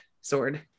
sword